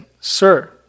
sir